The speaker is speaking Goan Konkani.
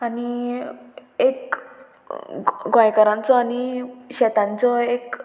आनी एक गोंयकारांचो आनी शेतांचो एक